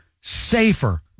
safer